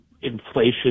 inflation